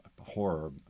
horror